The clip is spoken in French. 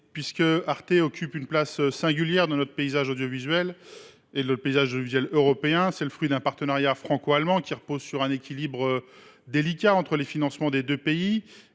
Cette chaîne occupe une place singulière dans notre paysage audiovisuel comme dans le paysage audiovisuel européen. Elle est le fruit d’un partenariat franco allemand, qui repose sur un équilibre délicat entre les financements des deux pays.